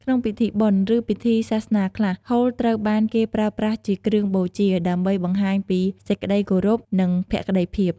ក្នុងពិធីបុណ្យ ឬពិធីសាសនាខ្លះ ហូលត្រូវបានគេប្រើប្រាស់ជាគ្រឿងបូជា ដើម្បីបង្ហាញពីសេចក្តីគោរព និងភក្តីភាព។